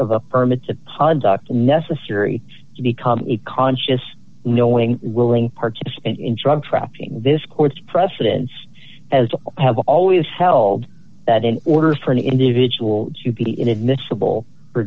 of a permit to pasok the necessary to become a conscious knowing willing participant in drug trafficking this court's precedents as i have always held that in order for an individual to be inadmissible for